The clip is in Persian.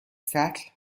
سطل